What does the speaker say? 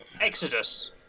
Exodus